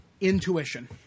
intuition